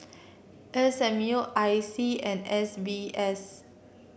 S M U I C and S B S